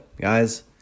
Guys